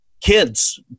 kids